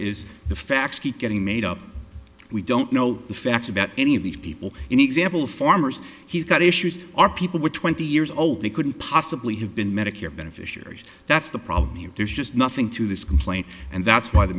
is the facts keep getting made up we don't know the facts about any of these people in the example of farmers he's got issues or people with twenty years old they couldn't possibly have been medicare beneficiaries that's the problem here there's just nothing to this complaint and that's why the